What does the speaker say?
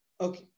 Okay